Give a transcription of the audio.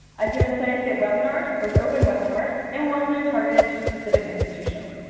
i've given cytoscape webinars, both open webinars and ones that are targeted to specific institutions.